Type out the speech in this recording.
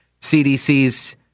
CDC's